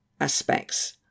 aspects